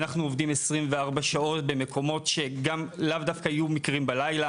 אנחנו עובדים 24 שעות במקומות שגם לאו דווקא יהיו מקרים בלילה.